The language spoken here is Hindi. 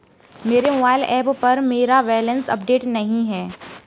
मेरे मोबाइल ऐप पर मेरा बैलेंस अपडेट नहीं है